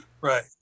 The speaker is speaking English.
Right